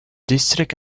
district